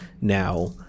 now